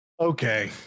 okay